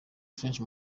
french